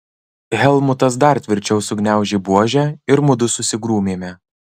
helmutas dar tvirčiau sugniaužė buožę ir mudu susigrūmėme